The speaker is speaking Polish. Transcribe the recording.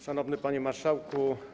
Szanowny Panie Marszałku!